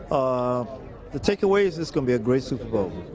ah the takeaways it's going to be a great super bowl.